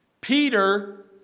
Peter